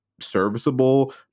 serviceable